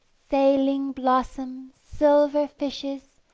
sailing blossoms, silver fishes,